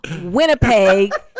Winnipeg